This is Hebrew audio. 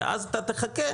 ואז אתה תחכה